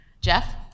Jeff